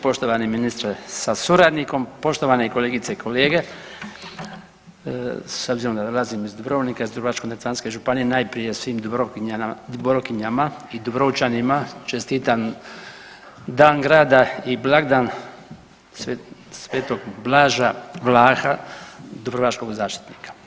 Poštovani ministre sa suradnikom, poštovane kolegice i kolege s obzirom da dolazim iz Dubrovnika iz Dubrovačko-neretvanske županije najprije svim Dubrovkinjama i Dubrovčanima čestitam dan grada i blagdan Sv. Blaža Vlaha dubrovačkog zaštitnika.